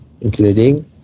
including